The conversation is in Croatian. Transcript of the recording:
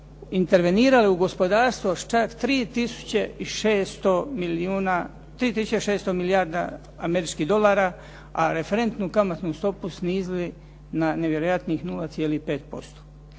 intervenirale u gospodarstvo s čak 3 600 milijardi američkih dolara, a referentnu kamatnu stopu snizili na nevjerojatnih 0,5%.